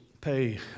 pay